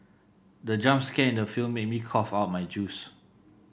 the jump scare in the film made me cough out my juice